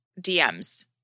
DMs